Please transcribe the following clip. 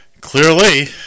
clearly